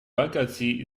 baggersee